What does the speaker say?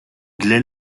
для